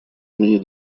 имени